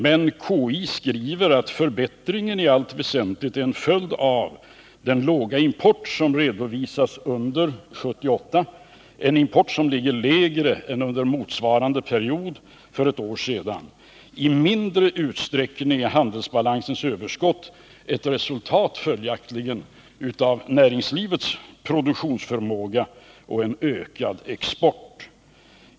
Men KI skriver att förbättringen i allt väsentligt är en följd av den låga import som redovisas under 1978 —-en import som ligger lägre än under motsvarande period för ett år sedan. I mindre utsträckning är följaktligen handelsbalansens överskott ett resultat av näringslivets produktionsförmåga och en ökad export.